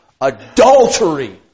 adultery